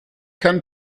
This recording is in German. kann